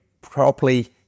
properly